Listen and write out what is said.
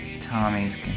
Tommy's